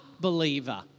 believer